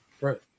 Right